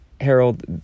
Harold